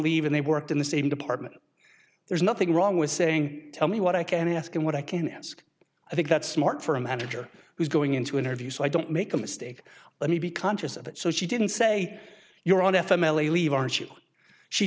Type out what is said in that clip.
even they worked in the same department there's nothing wrong with saying tell me what i can ask and what i can ask i think that's smart for a manager who's going in to interview so i don't make a mistake let me be conscious of it so she didn't say you were on f m l a leave aren't you she